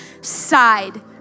side